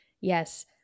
Yes